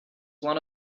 one